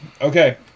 Okay